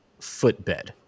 footbed